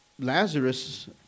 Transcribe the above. Lazarus